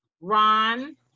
Ron